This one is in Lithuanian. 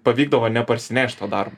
pavykdavo neparsinešt to darbo